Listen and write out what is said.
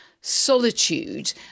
solitude